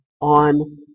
on